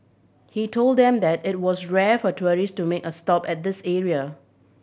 he told them that it was rare for tourist to make a stop at this area